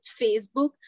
Facebook